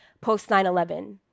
post-9-11